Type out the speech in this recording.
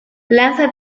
lanza